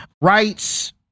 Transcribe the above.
rights